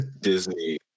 Disney